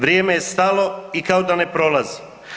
Vrijeme je stalo i kao da ne prolazi.